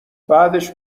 بعدش